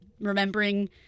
remembering